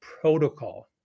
protocol